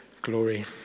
glory